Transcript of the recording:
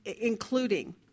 including